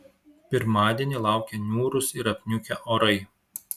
pirmadienį laukia niūrūs ir apniukę orai